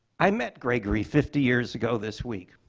i met gregory fifty years ago this week.